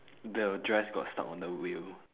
the dress got stuck on the wheel